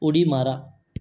उडी मारा